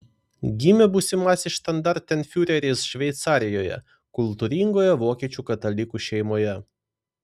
gimė būsimasis štandartenfiureris šveicarijoje kultūringoje vokiečių katalikų šeimoje